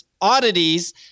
oddities